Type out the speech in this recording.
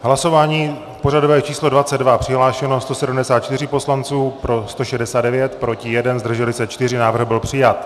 Hlasování pořadové číslo 22, přihlášeno 174 poslanců, pro 169, proti 1, zdrželi se 4, návrh byl přijat.